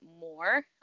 more